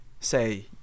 say